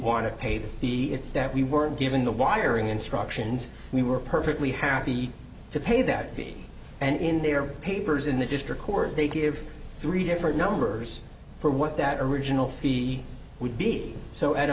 the it's that we weren't given the wiring instructions we were perfectly happy to pay that fee and in their papers in the district court they give three different numbers for what that original fee would be so at a